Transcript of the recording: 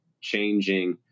changing